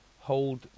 hold